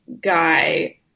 guy